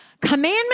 commandment